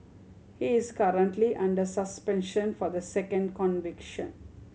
he is currently under suspension for the second conviction